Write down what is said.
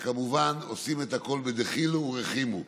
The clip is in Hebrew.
וכמובן עושים הכול בדחילו ורחימו.